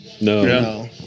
No